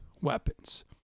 weapons